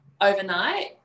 overnight